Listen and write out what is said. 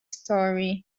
story